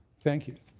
thank you.